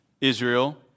Israel